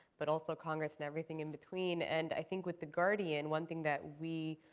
but also congress and everything in between. and i think with the guardian one thing that we